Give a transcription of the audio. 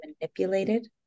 manipulated